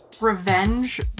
revenge